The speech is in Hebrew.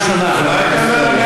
לצבא?